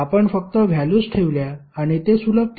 आपण फक्त व्हॅल्युस ठेवल्या आणि ते सुलभ केले